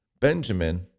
Benjamin